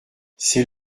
ses